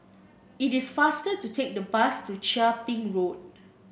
it is faster to take the bus to Chia Ping Road